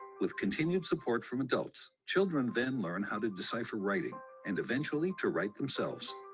with continued support from adults children been learned how to decipher writing and eventually to right themselves.